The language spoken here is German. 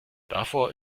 davor